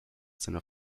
seine